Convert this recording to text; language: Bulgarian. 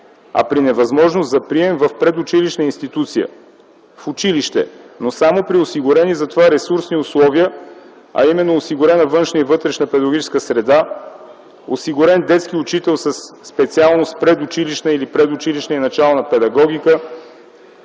а при невъзможност за прием в предучилищна институция - в училище, но само при осигурени за това ресурсни условия, а именно осигурена външна и вътрешна педагогическа среда, осигурен детски учител със специалност „Предучилищна педагогика” или „Предучилищна и начална педагогика”,